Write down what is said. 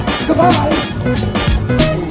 Goodbye